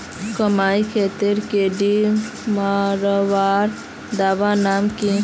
मकई खेतीत कीड़ा मारवार दवा नाम की?